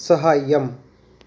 सहायम्